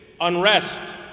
unrest